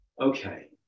okay